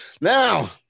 Now